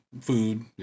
food